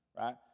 right